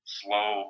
slow